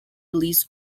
release